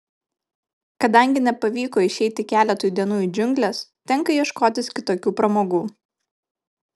kadangi nepavyko išeiti keletui dienų į džiungles tenka ieškotis kitokių pramogų